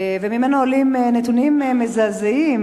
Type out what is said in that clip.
ועולים ממנו נתונים מזעזעים,